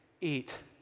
eat